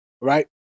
right